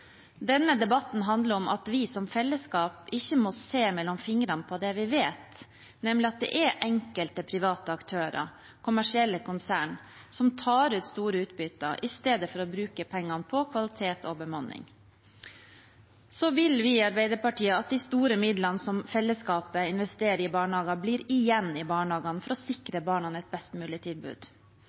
Denne debatten handler om at vi som fellesskap ikke må se gjennom fingrene med det vi vet, nemlig at det er enkelte private aktører, kommersielle konsern, som tar ut store utbytter i stedet for å bruke pengene på kvalitet og bemanning. Vi i Arbeiderpartiet vil at de store midlene som fellesskapet investerer i barnehager, blir igjen i barnehagene for å sikre barna et best mulig tilbud,